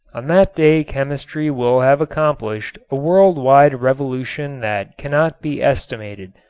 on that day chemistry will have accomplished a world-wide revolution that cannot be estimated.